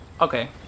Okay